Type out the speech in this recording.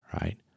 Right